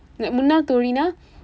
like முன்னாள் தோழி நா:munnaal thoozhi naa